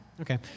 Okay